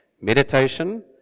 Meditation